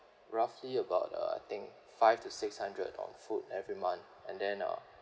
roughly about uh I think five to six hundred on food every month and then uh